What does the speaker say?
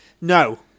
No